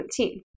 2017